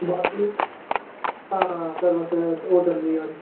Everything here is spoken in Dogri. बाकी हां सर्विस होटल दी गै होनी